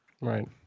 Right